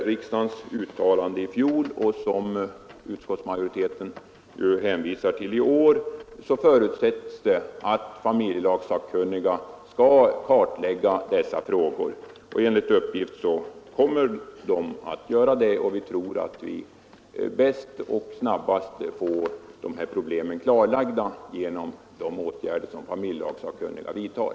I riksdagens uttalande i fjol, som utskottsmajoriteten ju hänvisar till i år, förutsätts att familjelagssakkunniga skall kartlägga dessa frågor, och enligt uppgift kommer de att göra detta. Vi tror att vi bäst och snabbast får de här problemen klarlagda genom de åtgärder som familjelagssakkunniga vidtar.